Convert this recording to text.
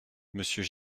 monsieur